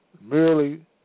Merely